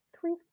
Three